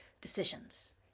decisions